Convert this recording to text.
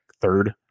third